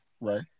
right